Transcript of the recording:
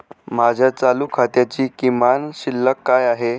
माझ्या चालू खात्याची किमान शिल्लक काय आहे?